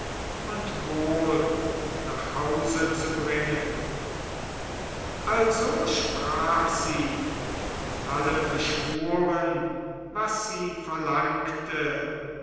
und wohl nach hause zu bringen also sprach sie und alle beschwuren was sie verlangte